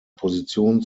position